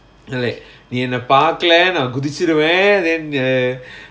நீ என்ன பாக்கல நா குதிச்சிருவ:nee enna paakala naa kuthichiruva then err